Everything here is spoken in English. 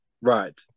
Right